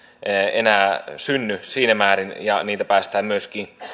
enää synny siinä määrin ja niitä päästään myöskin